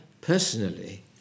personally